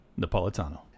Napolitano